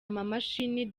amamashini